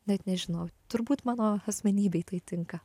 net nežinau turbūt mano asmenybei tai tinka